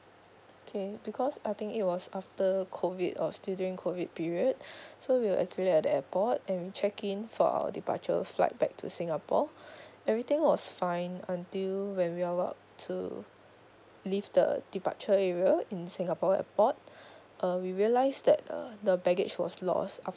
okay because I think it was after COVID or still during COVID period so we were actually at the airport and we checked in for our departure flight back to singapore everything was fine until when we are about to leave the departure area in singapore airport uh we realised that uh the baggage was lost af~